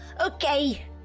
Okay